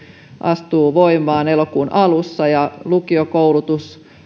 astuu voimaan ensi vuonna elokuun alussa ja lukiokoulutus